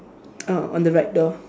uh on the right door